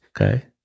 Okay